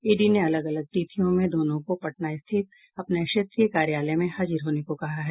ED ने अलग अलग तिथियों में दोनों को पटना स्थित अपने क्षेत्रीय कार्यालय में हाजिर होने को कहा है